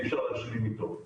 אי אפשר להשלים אתו.